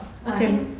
!wah! I think